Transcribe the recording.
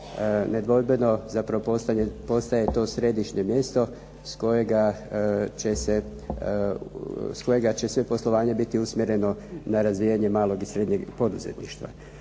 nedvojbeno zapravo postaje to središnje mjesto s kojega će sve poslovanje biti usmjereno na razvijanje malog i srednjeg poduzetništva.